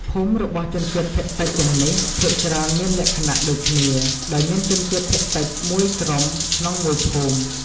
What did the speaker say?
ភូមិរបស់ជនជាតិភាគតិចទាំងនេះ ភាគច្រើនមានលក្ខណៈដូចគ្នា ដោយមានជនជាតិភាគតិចមួយក្រុមក្នុងមួយភូមិ។